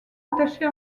attachés